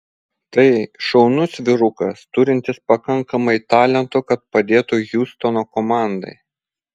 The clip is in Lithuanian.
tai šaunus vyrukas turintis pakankamai talento kad padėtų hjustono komandai